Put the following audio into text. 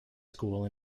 school